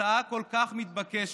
הצעה כל כך מתבקשת,